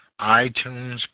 iTunes